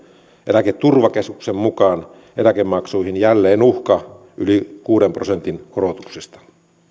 eläketurvakeskuksen mukaan eläkemaksuihin jälleen uhka yli kuuden prosentin korotuksista